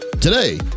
today